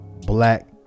black